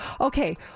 okay